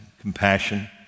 compassion